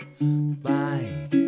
bye